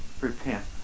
Repent